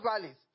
valleys